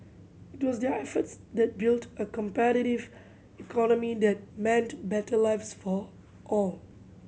it was their efforts that built a competitive economy that meant better lives for all